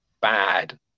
bad